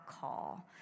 call